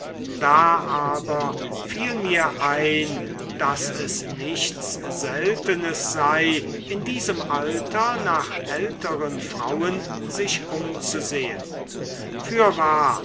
da aber fiel mir ein daß es nichts seltenes sei in diesem alter nach älteren frauen sich umzusehen fürwahr